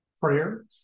Prayer